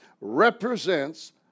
represents